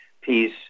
piece